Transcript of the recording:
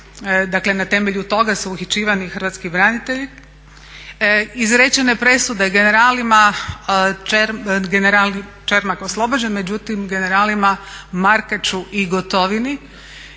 dakle na temelju toga su uhićivani hrvatski branitelji. Izrečene presude generalima, Čermak oslobođen, međutim generalima Markaču i Gotovini